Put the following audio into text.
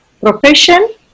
profession